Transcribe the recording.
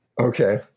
Okay